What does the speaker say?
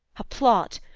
a plot,